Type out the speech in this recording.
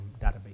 database